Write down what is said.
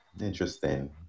interesting